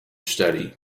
study